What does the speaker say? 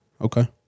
Okay